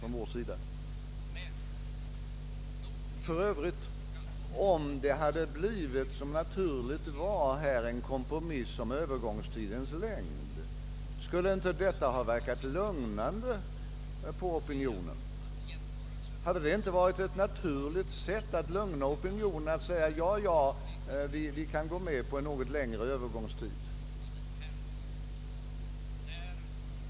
Om det, som rimligt var, hade blivit en kompromiss om Öövergångstidens längd, skulle inte detta ha verkat lugnande på opinionen? Hade det inte varit ett naturligt sätt att lugna opinionen genom att säga: Ja, vi kan gå med på en något längre övergångstid.